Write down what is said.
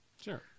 Sure